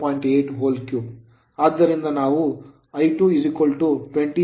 83 ಅದರಿಂದ ನಾವು I2 28